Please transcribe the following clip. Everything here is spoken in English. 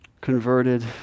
converted